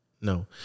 No